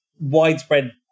widespread